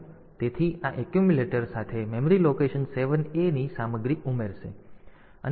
તેથી આ એક્યુમ્યુલેટર સાથે મેમરી લોકેશન 7 A ની સામગ્રી ઉમેરશે